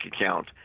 account